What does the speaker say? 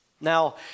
Now